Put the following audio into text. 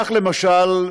כך, למשל,